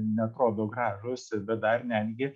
neatrodo gražūs bet dar netgi